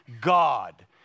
God